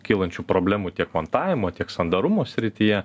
kylančių problemų tiek montavimo tiek sandarumo srityje